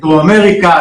דרום אמריקה,